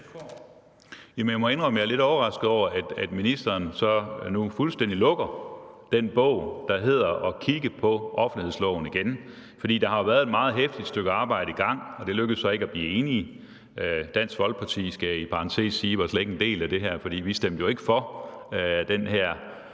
jeg er lidt overrasket over, at ministeren så nu fuldstændig lukker den bog, der hedder at kigge på offentlighedsloven igen, for der har været et meget heftigt stykke arbejde i gang, men det lykkedes så ikke at blive enige. Jeg skal i parentes sige, at Dansk Folkeparti slet ikke var en del af det her, for vi stemte jo ikke for den her